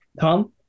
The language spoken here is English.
Tom